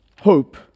hope